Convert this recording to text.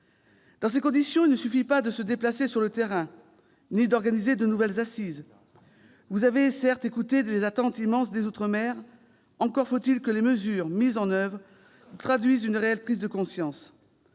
Dans ces conditions, il ne suffit pas de se déplacer sur le terrain ou d'organiser de nouvelles assises. Madame la ministre, vous avez, certes, écouté les attentes immenses des outre-mer ; encore faut-il que les actions mises en oeuvre traduisent une réelle prise de conscience.